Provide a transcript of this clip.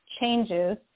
changes